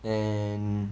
and